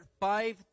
five